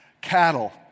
Cattle